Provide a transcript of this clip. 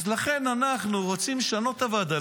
אז לכן אנחנו רוצים לשנות את הוועדה,